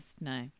No